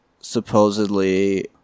supposedly